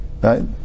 right